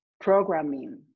programming